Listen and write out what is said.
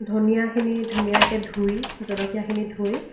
ধনিয়াখিনি ধুনীয়াকৈ ধুই জলকীয়াখিনি ধুই